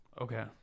Okay